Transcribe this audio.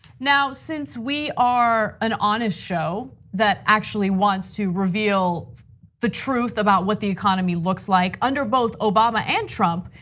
now, since we are an honest show that actually wants to reveal the truth about what the economy looks like under both obama and trump,